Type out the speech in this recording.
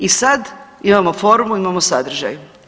I sad imamo formu, imamo sadržaj.